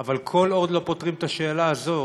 אבל כל עוד לא פותרים את השאלה הזאת,